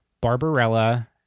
Barbarella